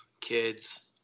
kids